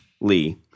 Lee